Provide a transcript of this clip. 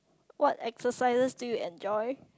what exercises do you enjoy